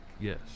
Yes